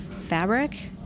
fabric